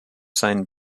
seinen